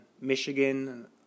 Michigan